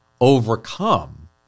overcome